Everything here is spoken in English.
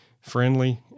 friendly